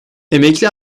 emekli